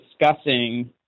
discussing